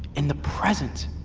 in the present.